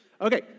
Okay